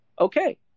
Okay